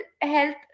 health